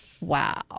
Wow